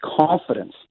confidence